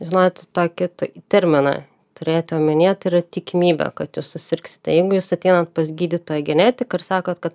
žinoti tokį terminą turėti omenyje tai yra tikimybė kad tu susirgsi tai jeigu jūs ateinate pas gydytoją genetiką ir sakot kad